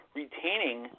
retaining